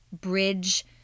bridge